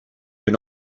when